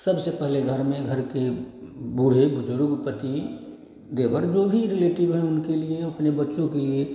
सबसे पहले घर में घर के बूढ़े बुजुर्ग पति देवर जो भी रिलेटिव हैं उनके लिए अपने बच्चों के लिए